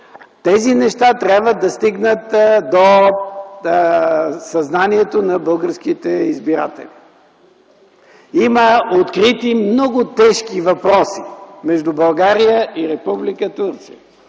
Тези неща трябва да стигнат до съзнанието на българските избиратели. Има открити много тежки въпроси между България и Република Турция